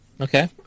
okay